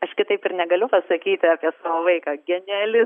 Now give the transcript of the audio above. aš kitaip ir negaliu pasakyti apie savo vaiką geniali